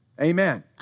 Amen